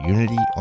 Unity